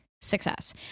success